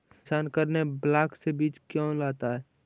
किसान करने ब्लाक से बीज क्यों लाता है?